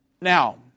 Now